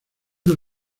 del